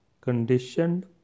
conditioned